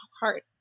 heart